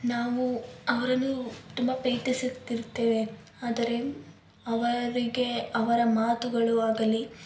ನಾವು ಅವರನ್ನು ತುಂಬ ಪ್ರೀತಿಸುತ್ತಿರ್ತೇವೆ ಆದರೆ ಅವರಿಗೆ ಅವರ ಮಾತುಗಳು ಆಗಲಿ